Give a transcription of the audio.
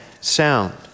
sound